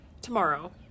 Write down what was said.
tomorrow